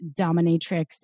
dominatrix